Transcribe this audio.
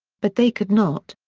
but they could not.